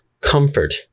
comfort